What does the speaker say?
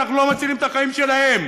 אנחנו לא מצילים את החיים שלהם.